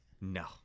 no